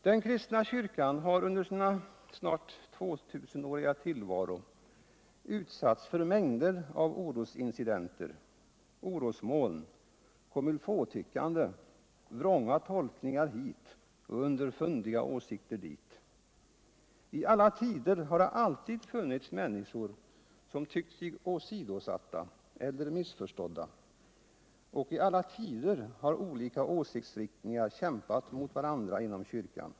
Den kristna kyrkan har under sin snart tvåtusenåriga tillvaro utsatts för mängder av orosincidenter, orosmoln, commer-il-faut-tyckande, vrånga tolkningar hit och underfundiga åsikter dit. I alla tider har det funnits människor som tyckt sig åsidosatta eller missförstådda, och i alla tider har olika åsiktsriktningar kämpat mot varandra inom kyrkan.